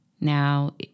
Now